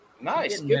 Nice